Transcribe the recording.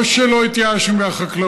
לא רק שלא התייאשנו מהחקלאות,